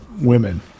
women